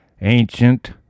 ancient